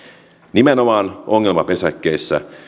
nimenomaan ongelmapesäkkeissä